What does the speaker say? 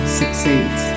succeeds